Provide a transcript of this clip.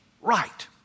right